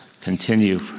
continue